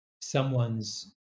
someone's